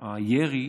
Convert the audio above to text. הירי,